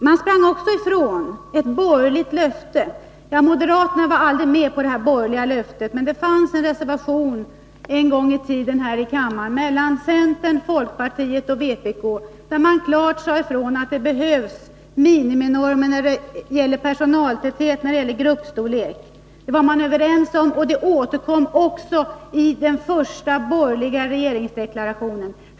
Man sprang ifrån ett borgerligt löfte — ja, moderaterna var aldrig med på detta löfte, men det fanns en gång i tiden en reservation här i kammaren av centern, folkpartiet och vpk där det klart sades ifrån att det behövs miniminormer när det gäller personaltäthet och gruppstorlek. Det var man överens om, och detta återkom också i den första borgerliga regeringsdeklarationen.